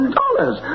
dollars